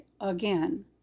again